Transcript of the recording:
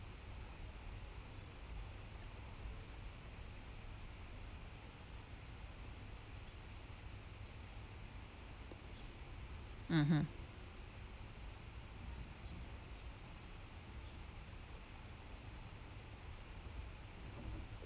mmhmm